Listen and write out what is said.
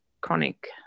chronic